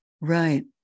Right